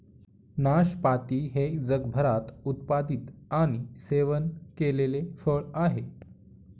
नाशपाती हे जगभरात उत्पादित आणि सेवन केलेले फळ आहे